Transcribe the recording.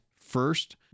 first